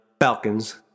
Falcons